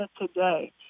today